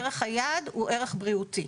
ערך היעד הוא ערך בריאותי.